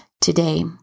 Today